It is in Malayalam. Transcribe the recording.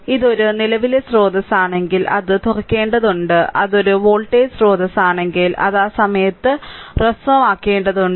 ഇത് ഒരു നിലവിലെ സ്രോതസ്സാണെങ്കിൽ അത് തുറക്കേണ്ടതുണ്ട് അത് ഒരു വോൾട്ടേജ് സ്രോതസ്സാണെങ്കിൽ അത് ആ സമയത്ത് ഹ്രസ്വമാക്കേണ്ടതുണ്ട്